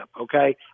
okay